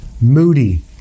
moody